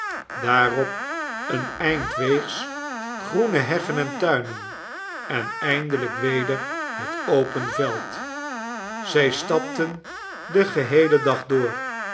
daarop een eindweegs groene heggen en tuinen en eindelijk weder het open veld zij stapten den geheelen dag door